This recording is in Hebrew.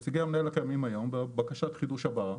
נציגי המנהל הקיימים היום, בבקשת חידוש הבאה.